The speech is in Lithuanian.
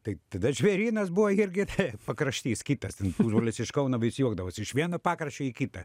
tai tada žvėrynas buvo irgi pakraštys kitas ten pusbrolis iš kauno vis juokdavosi iš vieno pakraščio į kitą